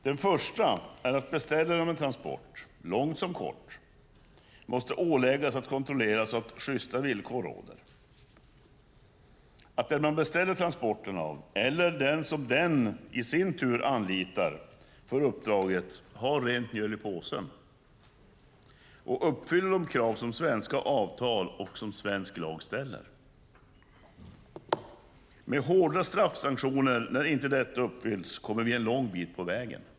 Den första är att beställaren av en transport, lång som kort, måste åläggas att kontrollera att sjysta villkor råder, att den man beställer transporten av eller den som den i sin tur anlitar för uppdraget har rent mjöl i påsen och uppfyller de krav som svenska avtal och svensk lag ställer. Med hårda straffsanktioner när inte detta uppfylls kommer vi en lång bit på väg.